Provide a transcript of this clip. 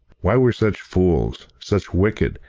why were such fools, such wicked,